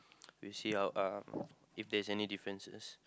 we see how uh if there's any differences